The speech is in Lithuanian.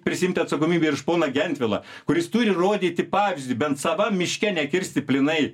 prisiimti atsakomybę ir už poną gentvilą kuris turi rodyti pavyzdį bent savam miške nekirsti plynai